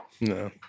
no